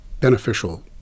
beneficial